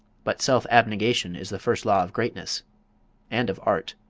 but self-abnegation is the first law of greatness and of art.